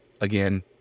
again